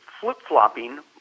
flip-flopping